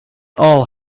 all